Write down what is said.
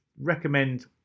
recommend